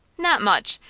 not much.